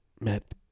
Met